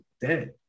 dead